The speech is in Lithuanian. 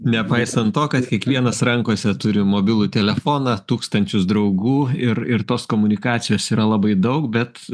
nepaisant to kad kiekvienas rankose turim mobilų telefoną tūkstančius draugų ir ir tos komunikacijos yra labai daug bet